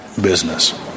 business